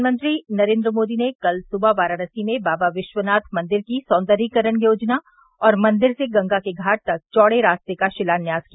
प्रधानमंत्री नरेन्द्र मोदी ने कल सुबह वाराणसी में बाबा विश्वनाथ मंदिर की सौंदर्यीकरण योजना और मंदिर से गंगा के घाट तक चौड़े रास्ते का शिलान्यास किया